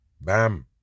Bam